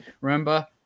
remember